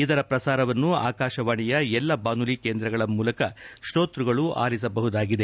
ಇದರ ಪ್ರಸಾರವನ್ನು ಆಕಾಶವಾಣಿಯ ಎಲ್ಲ ಬಾನುಲಿ ಕೇಂದ್ರಗಳ ಮೂಲಕ ಶೋತೃಗಳು ಆಲಿಸಬಹುದಾಗಿದೆ